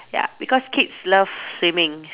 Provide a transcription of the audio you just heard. ya because kids love swimming